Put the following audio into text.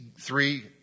three